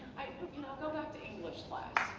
i you know go back to english class